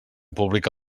pública